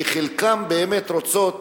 כי חלקן באמת רוצות